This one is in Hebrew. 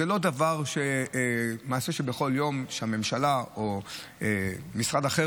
זה לא מעשה שבכל יום הממשלה או משרד אחר